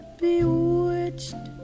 bewitched